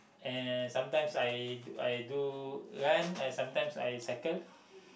and sometimes I do I do run and sometimes I cycle